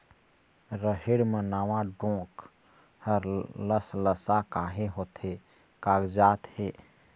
रहेड़ म नावा डोंक हर लसलसा काहे होथे कागजात हे?